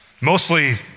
Mostly